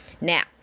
Now